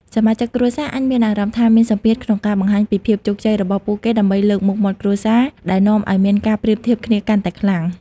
សមាជិកគ្រួសារអាចមានអារម្មណ៍ថាមានសម្ពាធក្នុងការបង្ហាញពីភាពជោគជ័យរបស់ពួកគេដើម្បីលើកមុខមាត់គ្រួសារ ដែលនាំឲ្យមានការប្រៀបធៀបគ្នាកាន់តែខ្លាំង។